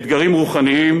אתגרים רוחניים,